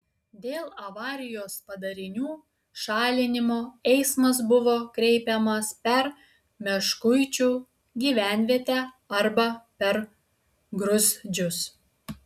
dėl avarijos padarinių šalinimo eismas buvo kreipiamas per meškuičių gyvenvietę arba per gruzdžius